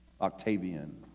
Octavian